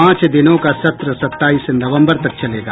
पांच दिनों का सत्र सताईस नवम्बर तक चलेगा